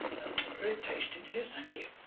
very tasty dear. thank you.